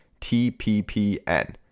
TPPN